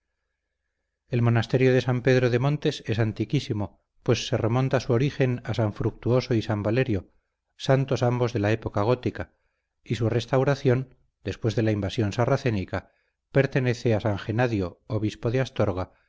el monasterio de san pedro de montes es antiquísimo pues se remonta su origen a san fructuoso y san valerio santos ambos de la época gótica y su restauración después de la invasión sarracénica pertenece a san genadio obispo de astorga